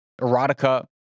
erotica